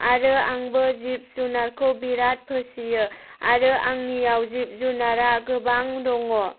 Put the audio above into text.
आरो आंबो जिब जुनारखौ बिराद फिसियो आरो आंनियाव जिब जुनारा गोबां दङ